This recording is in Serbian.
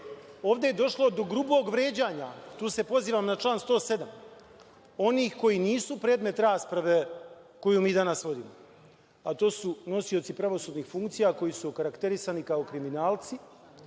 ovde je došlo do grubog vređanja, tu se pozivam na član 107, onih koji nisu predmet rasprave koju mi danas vodimo, a to su nosioci pravosudnih funkcija koju su okarakterisani kao kriminalci,